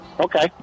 Okay